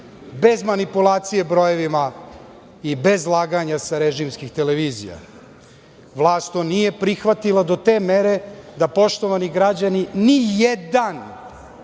bez manipulacije brojevima i bez laganja sa režimskih televizija. Vlast to nije prihvatila do te mere da, poštovani građani, nijedan